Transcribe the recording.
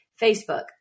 Facebook